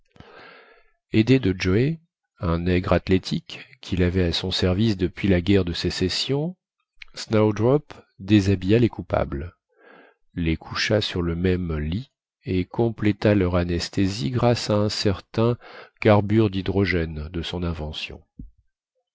aidé de joe un nègre athlétique quil avait à son service depuis la guerre de sécession snowdrop déshabilla les coupables les coucha sur le même lit et compléta leur anesthésie grâce à un certain carbure dhydrogène de son invention